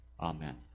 Amen